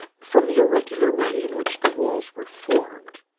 from the irregular way in which the walls were formed,